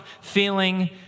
feeling